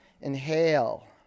inhale